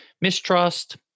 mistrust